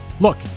Look